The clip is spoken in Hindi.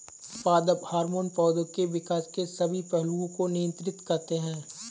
पादप हार्मोन पौधे के विकास के सभी पहलुओं को नियंत्रित करते हैं